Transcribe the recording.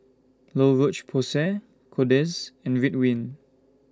La Roche Porsay Kordel's and Ridwind